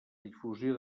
difusió